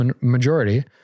majority